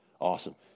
Awesome